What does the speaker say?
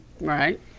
Right